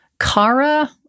Kara